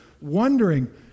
wondering